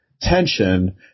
tension